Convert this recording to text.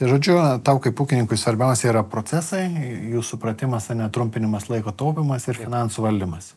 tai žodžiu tau kaip ūkininkui svarbiausia yra procesai jų supratimas ane trumpinimas laiko taupymas finansų valdymas